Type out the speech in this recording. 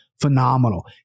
phenomenal